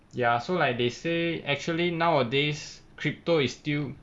ya so like they say actually nowadays crypto is still